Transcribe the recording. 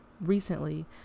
recently